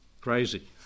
crazy